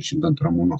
žinant ramūno